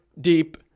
deep